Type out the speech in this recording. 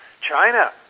China